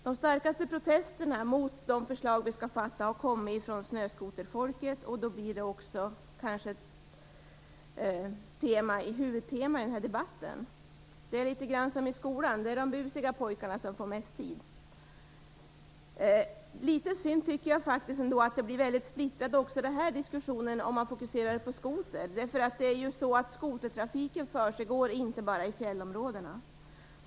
De starkaste protesterna mot de förslag vi skall fatta beslut om har kommit från snöskoterfolket, och därför blir också snöskoter ett huvudtema i debatten. Det är litet grand som i skolan; det är de busiga pojkarna som får mest tid. Tyvärr blir även en diskussion som fokuserar på skoter splittrad, och det tycker jag är litet synd. Skotertrafik försiggår nämligen inte bara i fjällområdena.